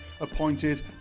appointed